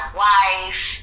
wife